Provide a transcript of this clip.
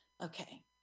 Okay